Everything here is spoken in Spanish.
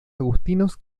agustinos